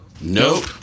Nope